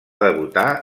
debutar